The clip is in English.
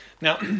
Now